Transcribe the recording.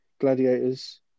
Gladiators